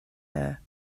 her